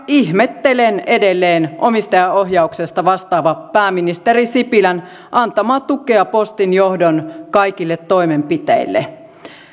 ihmettelen edelleen omistajaohjauksesta vastaavan pääministeri sipilän antamaa tukea postin johdon kaikille toimenpiteille